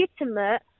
legitimate